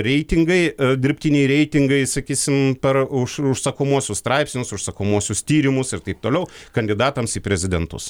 reitingai dirbtiniai reitingai sakysim per už užsakomuosius straipsnius užsakomuosius tyrimus ir taip toliau kandidatams į prezidentus